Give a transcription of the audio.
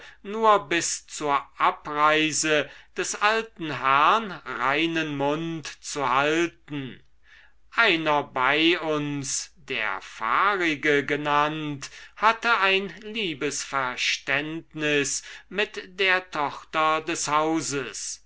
nur bis zur abreise des alten herrn reinen mund zu halten einer bei uns der fahrige genannt hatte ein liebesverständnis mit der tochter des hauses